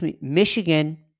Michigan